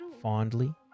fondly